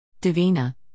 Divina